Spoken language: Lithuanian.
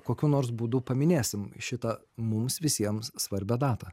kokiu nors būdu paminėsim šitą mums visiems svarbią datą